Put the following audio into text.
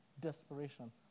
desperation